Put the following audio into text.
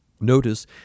Notice